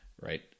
right